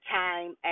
time